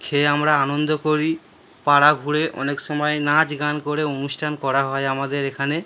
খেয়ে আমরা আনন্দ করি পাড়া ঘুরে অনেক সময় নাচ গান করে অনুষ্ঠান করা হয় আমাদের এখানে